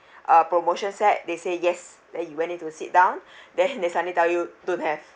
uh promotion set they say yes then you went in to sit down then they suddenly tell you don't have